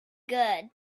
good